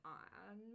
on